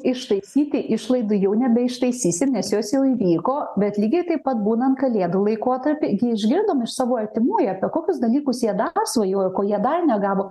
ištaisyti išlaidų jau nebeištaisysim nes jos jau įvyko bet lygiai taip pat būnant kalėdų laikotarpiu gi išgirdom iš savo artimųjų apie kokius dalykus jie dar svajojo ko jie dar negavo